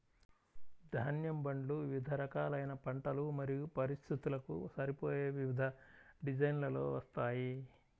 ధాన్యం బండ్లు వివిధ రకాలైన పంటలు మరియు పరిస్థితులకు సరిపోయే వివిధ డిజైన్లలో వస్తాయి